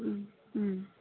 ও ও